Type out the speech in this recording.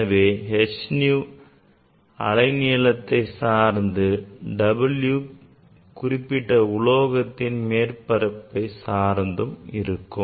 எனவே h nu அலை நீளத்தை சார்ந்தும் W குறிப்பிட்ட உலோகத்தின் மேற்பரப்பை சார்ந்தும் இருக்கும்